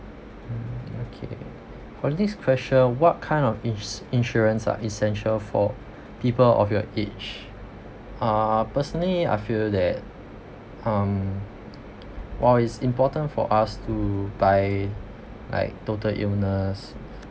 mm okay on this question what kind of ins~ insurance are essential for people of your age uh personally I feel that um while is important for us to buy like total illness